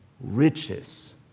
riches